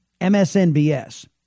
MSNBS